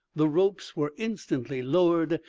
the ropes were instantly lowered,